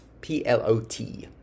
P-L-O-T